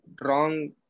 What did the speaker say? wrong